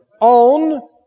On